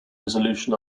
resolution